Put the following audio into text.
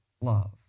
love